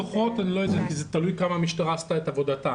זה תלוי כמה המשטרה עשתה את עבודתה.